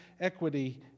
equity